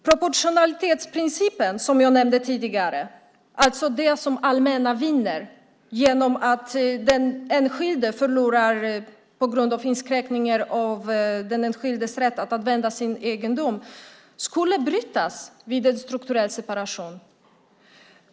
Proportionalitetsprincipen, som jag nämnde tidigare - alltså det som det allmänna vinner när den enskilde förlorar genom inskränkningar av den enskildes rätt att använda sin egendom - skulle brytas vid en strukturell separation.